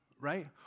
right